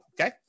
Okay